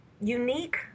unique